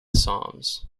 psalms